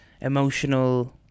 emotional